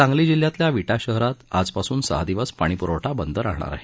सांगली जिल्ह्यातील विटा शहरात आज पासून सहा दिवस पाणीपुरवठा बंद राहणार आहे